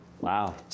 Wow